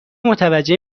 متوجه